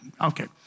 Okay